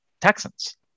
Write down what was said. Texans